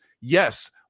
yes